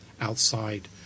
outside